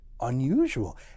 unusual